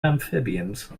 amphibians